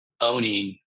owning